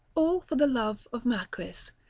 all for the love of macris.